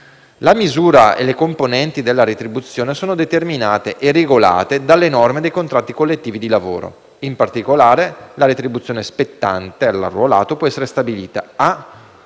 La misura e le componenti della retribuzione sono determinate e regolate dalle norme dei contratti collettivi di lavoro». In particolare: «La retribuzione spettante all'arruolato può essere stabilita: a)